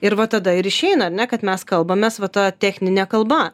ir va tada ir išeina ar ne kad mes kalbamės va ta technine kalba